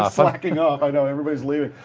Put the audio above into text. ah slacking off, i know. everybody's leaving.